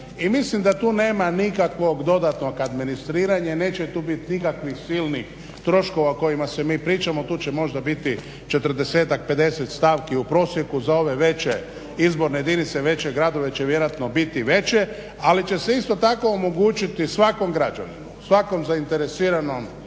mislim da tu nema nikakvog dodatnog administriranja, neće tu biti nikakvih silnih troškova kojima se mi pričamo, tu će možda biti 40, 50 stavki u prosjeku, za ove veće izborne jedinice, veće gradove će vjerojatno biti veće, ali će se isto tako omogućiti svakom građaninu, svakom zainteresiranom